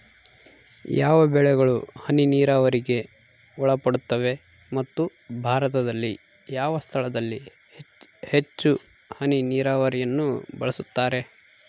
ಯಾವ ಬೆಳೆಗಳು ಹನಿ ನೇರಾವರಿಗೆ ಒಳಪಡುತ್ತವೆ ಮತ್ತು ಭಾರತದಲ್ಲಿ ಯಾವ ಸ್ಥಳದಲ್ಲಿ ಹೆಚ್ಚು ಹನಿ ನೇರಾವರಿಯನ್ನು ಬಳಸುತ್ತಾರೆ?